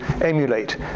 emulate